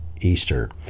easter